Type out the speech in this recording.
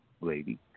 Lady